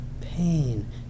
pain